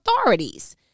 authorities